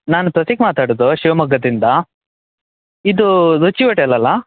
ನಾನು ಪ್ರತೀಕ್ ಮಾತಾಡೋದು ಶಿವಮೊಗ್ಗದಿಂದ ಇದು ರುಚಿ ಹೋಟೆಲ್ಲಲ್ಲ